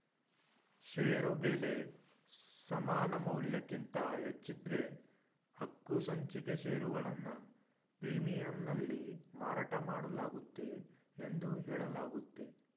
ಷೇರು ಬೆಲೆ ಸಮಾನಮೌಲ್ಯಕ್ಕಿಂತ ಹೆಚ್ಚಿದ್ದ್ರೆ ಹಕ್ಕುಸಂಚಿಕೆ ಷೇರುಗಳನ್ನ ಪ್ರೀಮಿಯಂನಲ್ಲಿ ಮಾರಾಟಮಾಡಲಾಗುತ್ತೆ ಎಂದು ಹೇಳಲಾಗುತ್ತೆ